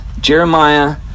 Jeremiah